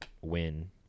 win